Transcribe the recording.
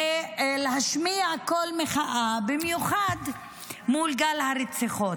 ולהשמיע קול מחאה, במיוחד מול גל הרציחות.